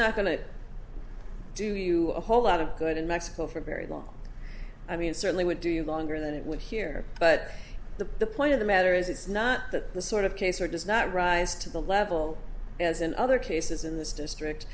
not going to do you a whole lot of good in mexico for very long i mean certainly would do you longer than it would here but the point of the matter is it's not that the sort of case or does not rise to the level as in other cases in this district